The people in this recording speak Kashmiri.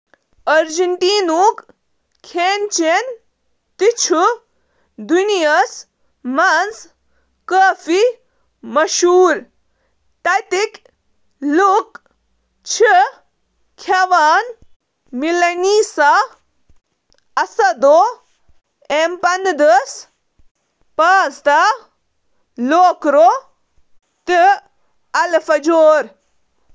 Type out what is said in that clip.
ارجنٹائن ہنٛد کھین چُھ ثقافتن ہنٛد امتزاج کس طورس پیٹھ بیان کرنہٕ یوان، ارجنٹینا کین مقأمی لوکن سۭتۍ یم ہمیتا، آلو، کاساوا، مرچ، ٹماٹر، پھلیاں تہٕ یربا میٹ ہیوین اجزاء پیٹھ توجہ مرکوز کٔر۔